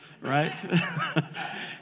right